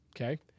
okay